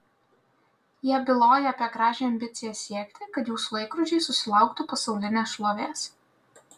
jie byloja apie gražią ambiciją siekti kad jūsų laikrodžiai susilauktų pasaulinės šlovės